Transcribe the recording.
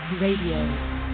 radio